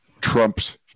Trump's